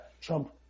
Trump